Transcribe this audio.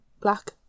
black